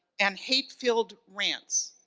and hate-filled rants,